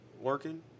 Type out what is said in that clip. working